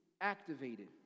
activated